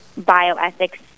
bioethics